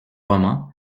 roman